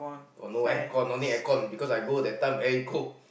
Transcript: got no air con no need air con because I go that time very cold